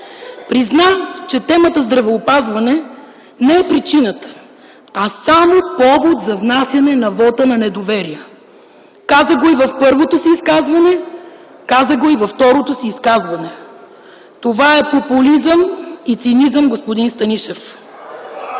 важно – че темата здравеопазване не е причината, а само повод за внасяне на вота на недоверие. Каза го и в първото, каза го и във второто си изказване. Това е популизъм и цинизъм, господин Станишев.